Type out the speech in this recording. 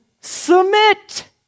submit